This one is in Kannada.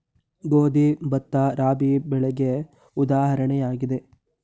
ಗೋಧಿ, ಭತ್ತ, ರಾಬಿ ಬೆಳೆಗೆ ಉದಾಹರಣೆಯಾಗಿದೆ